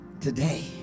today